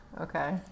Okay